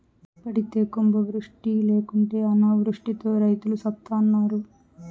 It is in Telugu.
పడితే కుంభవృష్టి లేకుంటే అనావృష్టితో రైతులు సత్తన్నారు